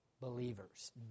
believers